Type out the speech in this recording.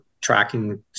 tracking